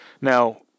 Now